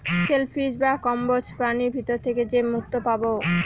sell fish বা কম্বোজ প্রাণীর ভিতর থেকে যে মুক্তো পাবো